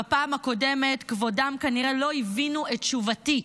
בפעם הקודמת כבודם כנראה לא הבינו את תשובתי,